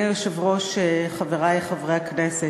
אדוני היושב-ראש, חברי חברי הכנסת,